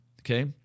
okay